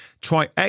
Try